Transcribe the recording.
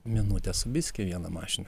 minutė su biski viena mašina